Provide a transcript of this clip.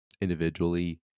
individually